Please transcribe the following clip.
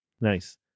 Nice